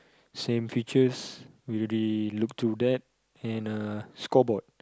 same features we already looked through that and uh scoreboard